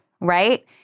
right